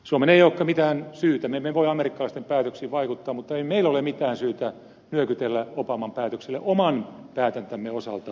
suomella ei olekaan mitään syytä me emme me voi amerikkalaisten päätöksiin vaikuttaa mutta ei meillä ole mitään syytä nyökytellä obaman päätöksille oman päätäntämme osalta